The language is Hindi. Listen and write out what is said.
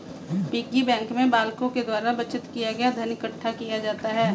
पिग्गी बैंक में बालकों के द्वारा बचत किया गया धन इकट्ठा किया जाता है